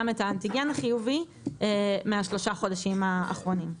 את האנטיגן החיובי מהשלושה חודשים האחרונים.